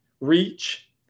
reach